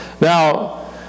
Now